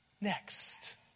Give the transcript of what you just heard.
next